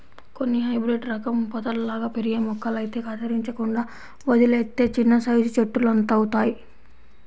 కొన్ని హైబ్రేడు రకం పొదల్లాగా పెరిగే మొక్కలైతే కత్తిరించకుండా వదిలేత్తే చిన్నసైజు చెట్టులంతవుతయ్